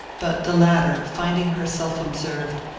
but the latter, finding herself observed,